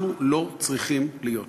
אנחנו, לא צריכים להיות שם.